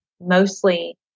mostly